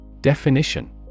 Definition